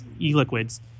e-liquids